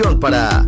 para